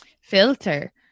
filter